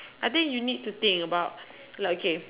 I think you need to think about like okay